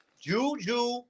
Juju